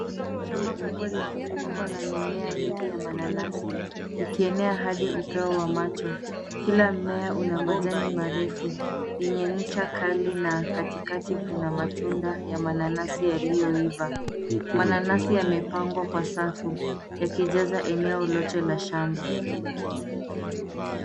Shamba kubwa limefunikwa na mimea mingi ya mananasi ikeenea hadi upeo wa macho. Kila mmea una majani marefu yenye ncha kali na katikati kuna matunda ya mananasi yaliyoiva. Mananasi yamepangwa kwa safu yakijaza eneo lote la shamba.